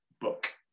book